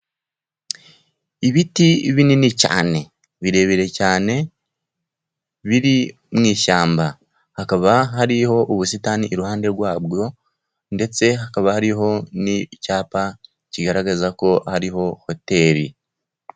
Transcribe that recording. Ibiti binini cyane, birebire cyane biri mu ishyamba, hakaba hariho ubusitani iruhande rwabwo ndetse hakaba hariho n'icyapa, kigaragaza ko hariho hoteri.